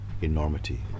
enormity